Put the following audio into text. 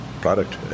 product